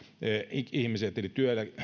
ihmiset eli